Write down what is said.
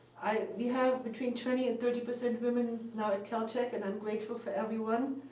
we have between twenty and thirty percent women now at caltech and i'm grateful for everyone.